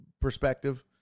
perspective